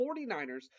49ers